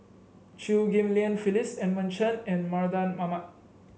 Chew Ghim Lian Phyllis Edmund Chen and Mardan Mamat